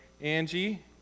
Angie